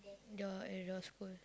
your at your school